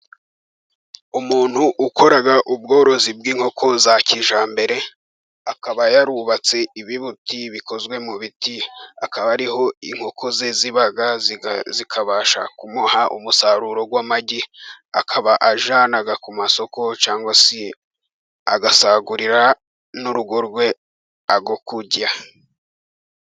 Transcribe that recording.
Umuntu ukora ubworozi bw'inkoko za kijyambere, akaba yarubatse ibibutii bikozwe mu biti. Akaba ari ho inkoko ze ziba, zikabasha kumuha umusaruro w'amagi. Akaba ayajyana ku masoko, cyangwa se agasagurira n'urugo rwe ayo kurya.